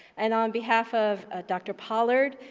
and on behalf of ah dr. pollard,